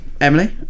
Emily